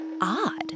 odd